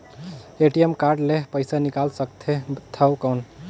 ATM card ले पइसा निकाल सकथे थव कौन?